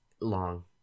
Long